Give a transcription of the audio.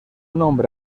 nombre